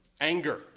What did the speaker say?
anger